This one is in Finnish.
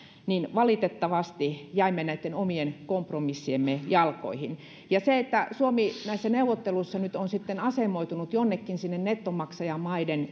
valitettavasti jäimme näitten omien kompromissiemme jalkoihin se että suomi näissä neuvotteluissa nyt on sitten asemoitunut jonnekin sinne nettomaksajamaiden